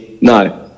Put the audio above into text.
No